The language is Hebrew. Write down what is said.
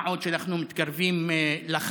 מה עוד שאנחנו מתקרבים לחג.